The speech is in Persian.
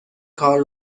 کار